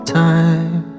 time